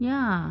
ya